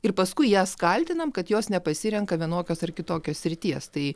ir paskui jas kaltinam kad jos nepasirenka vienokios ar kitokios srities tai